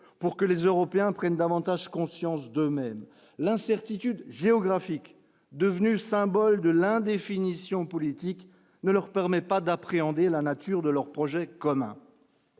pour que les Européens prennent davantage conscience de même l'incertitude géographique devenu symbole de l'Ain définition politique ne leur permet pas d'appréhender la nature de leur projet commun.